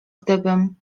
gdybym